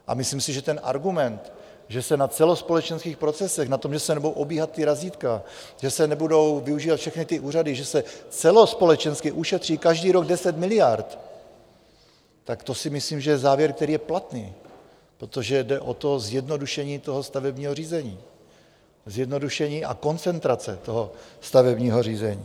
A myslím si, že argument, že se na celospolečenských procesech, na tom, že nebudou obíhat ta razítka, že se nebudou využívat všechny ty úřady, že se celospolečensky ušetří každý rok 10 miliard, tak to si myslím, že je závěr, který je platný, protože jde o zjednodušení stavebního řízení, zjednodušení a koncentrace stavebního řízení.